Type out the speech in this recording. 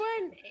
one